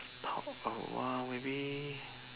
talk a while maybe